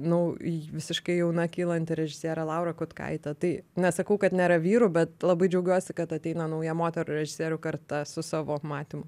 nau visiškai jauna kylanti režisierė laura kutkaitė tai nesakau kad nėra vyrų bet labai džiaugiuosi kad ateina nauja moterų režisierių karta su savo matymu